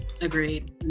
agreed